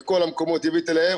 מכל המקומות הבאתי להם.